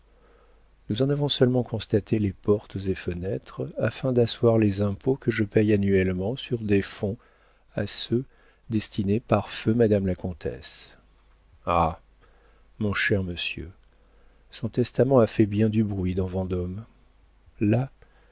nous en avons seulement constaté les portes et fenêtres afin d'asseoir les impôts que je paye annuellement sur des fonds à ce destinés par feu madame la comtesse ah mon cher monsieur son testament a fait bien du bruit dans vendôme là